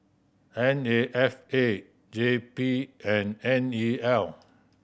N A F A J P and N E L